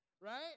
Right